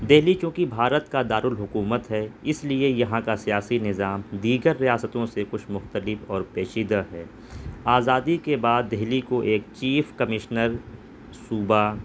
دہلی چونکہ بھارت کا دارالحکومت ہے اس لیے یہاں کا سیاسی نظام دیگر ریاستوں سے کچھ مختلف اور پیچیدہ ہے آزادی کے بعد دہلی کو ایک چیف کمیشنر صوبہ